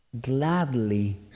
gladly